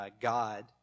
God